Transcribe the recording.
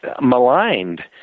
maligned